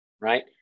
right